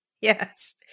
Yes